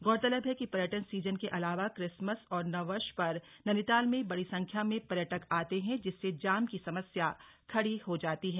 गौरतलब है कि पर्यटन सीजन के अलावा क्रिसमस और नव वर्ष पर नैनीताल में बड़ी संख्या में पर्यटक आते हैं जिससे जाम की समस्या खड़ी हो जाती है